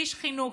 איש חינוך,